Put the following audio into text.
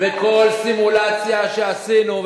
בכל סימולציה שעשינו,